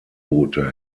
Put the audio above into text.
boote